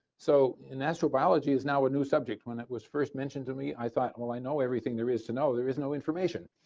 so in astro biology is now a new subject when it was first mentioned to me i thought i know everything there is to know, there is no information.